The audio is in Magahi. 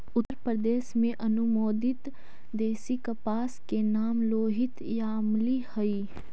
उत्तरप्रदेश में अनुमोदित देशी कपास के नाम लोहित यामली हई